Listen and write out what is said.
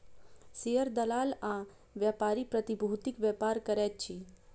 share दलाल आ व्यापारी प्रतिभूतिक व्यापार करैत अछि